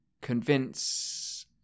convince